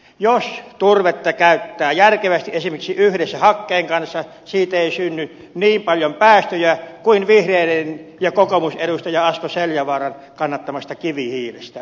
jos turvetta käyttää järkevästi esimerkiksi yhdessä hakkeen kanssa siitä ei synny niin paljon päästöjä kuin vihreiden ja kokoomusedustaja asko seljavaaran kannattamasta kivihiilestä